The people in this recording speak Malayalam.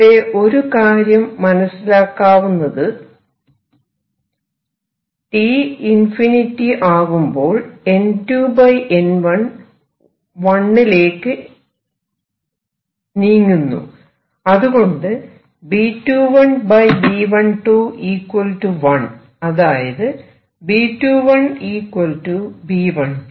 ഇവിടെ ഒരു കാര്യം മനസിലാക്കാവുന്നത് T →∞ ആകുമ്പോൾ N2 N1→ 1 അതുകൊണ്ട് B21 B12 1 അതായത് B21 B12